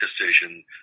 decision